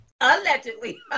allegedly